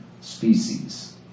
species